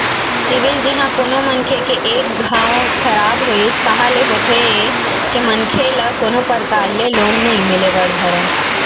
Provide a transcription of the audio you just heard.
CIBIL जिहाँ कोनो मनखे के एक घांव खराब होइस ताहले होथे ये के मनखे ल कोनो परकार ले लोन नइ मिले बर धरय